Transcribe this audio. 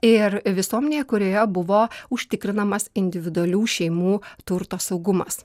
ir visuomenė kurioje buvo užtikrinamas individualių šeimų turto saugumas